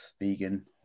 vegan